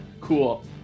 Cool